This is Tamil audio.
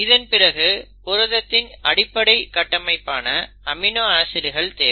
இதன்பிறகு புரதத்தின் அடிப்படை கட்டமைப்பான அமினோ ஆசிட்கள் தேவை